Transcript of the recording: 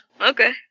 okay